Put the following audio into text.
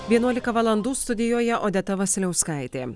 vienuolika valandų studijoje odeta vasiliauskaitė